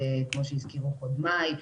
כמו שהזכירו קודמיי.